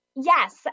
Yes